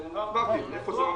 אני אומר לכם איפה זה עומד.